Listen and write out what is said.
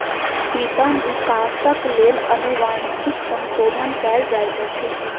कृत्रिम विकासक लेल अनुवांशिक संशोधन कयल जाइत अछि